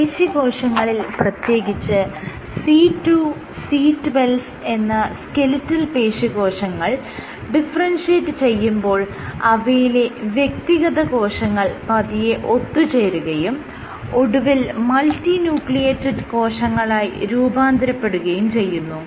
പേശി കോശങ്ങളിൽ പ്രത്യേകിച്ച് C2C12 എന്ന സ്കെലിറ്റൽ പേശീകോശങ്ങൾ ഡിഫറെൻഷിയേറ്റ് ചെയ്യുമ്പോൾ അവയിലെ വ്യക്തിഗത കോശങ്ങൾ പതിയെ ഒത്തുചേരുകയും ഒടുവിൽ മൾട്ടി ന്യൂക്ലിയേറ്റഡ് കോശങ്ങളായി രൂപാന്തരപ്പെടുകയും ചെയ്യുന്നു